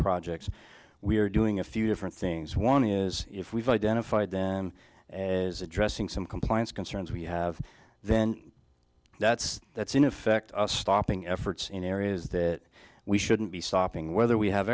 projects we're doing a few different things one is if we've identified then as addressing some compliance concerns we have then that's that's in effect stopping efforts in areas that we shouldn't be stopping whether we have